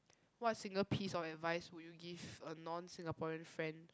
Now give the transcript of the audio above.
what single piece of advice would you give a non Singaporean friend